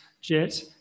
jet